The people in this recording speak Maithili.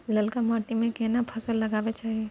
ललका माटी में केना फसल लगाबै चाही?